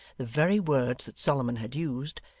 the very words that solomon had used,